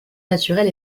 naturel